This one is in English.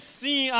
sim